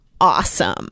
awesome